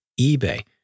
eBay